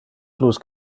plus